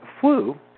flu